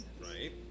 Right